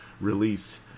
release